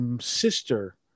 sister